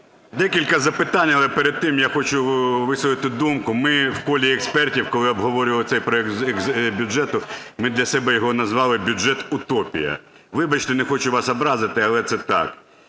декілька запитань, але перед тим я хочу висловити думку. Ми в колі експертів, коли обговорювали цей проект бюджету, ми для себе його назвали "бюджет утопія". Вибачте, не хочу вас образити, але це так.